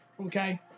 Okay